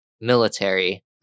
military